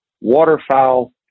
waterfowl